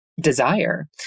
desire